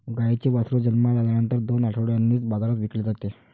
गाईचे वासरू जन्माला आल्यानंतर दोन आठवड्यांनीच बाजारात विकले जाते